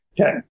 Okay